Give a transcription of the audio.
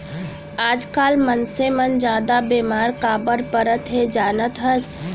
आजकाल मनसे मन जादा बेमार काबर परत हें जानत हस?